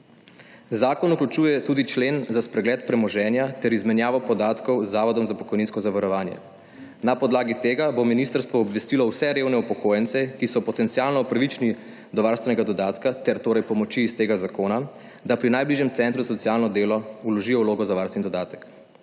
Zakon vključuje tudi člen za spregled premoženja ter izmenjavo podatkov zavodom za pokojninsko zavarovanje. Na podlagi tega bo ministrstvo obvestilo vse revne upokojence, ki so potencialno upravičeni do varstvenega dodatka ter pomoči iz tega zakona, da pri najbližjem centru socialno delo vložijo vlogo za varstveni dodatek.